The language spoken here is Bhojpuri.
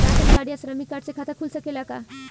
राशन कार्ड या श्रमिक कार्ड से खाता खुल सकेला का?